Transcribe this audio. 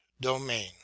domain